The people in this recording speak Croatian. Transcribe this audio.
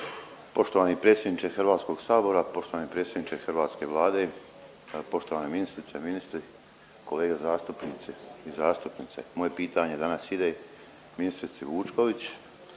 Poštovani predsjedniče Hrvatskog sabora, poštovani predsjedniče Hrvatske Vlade, poštovana ministrice, ministri, kolege zastupnici i zastupnice. Moje pitanje danas ide ministrici Vučković.